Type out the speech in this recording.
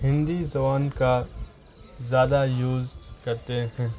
ہندی زبان کا زیادہ یوز کرتے ہیں